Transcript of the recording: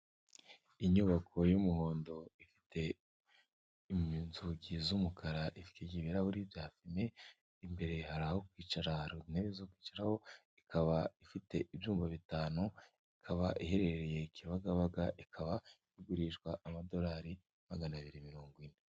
Inyubako y'umuhondo ifite inzugi z'umukara ifite ibirahuri byafime , imbere hari aho kwicaraho hari intebe zo kwicaraho ikaba ifite ibyumba bitanu ikaba iherereye kibagabaga ikaba igurishwa amadolari magana abiri na mirongo ine .